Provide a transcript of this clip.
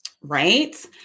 Right